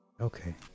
Okay